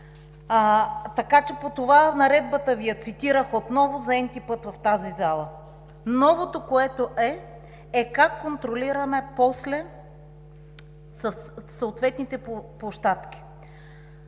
така че по тази тема Наредбата Ви я цитирах отново за n-ти път в тази зала. Новото е как контролираме после съответните площадки,